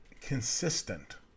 consistent